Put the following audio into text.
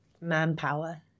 manpower